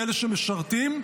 לאלה שמשרתים,